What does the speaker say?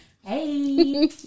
Hey